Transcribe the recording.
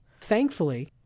Thankfully